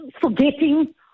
forgetting